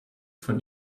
von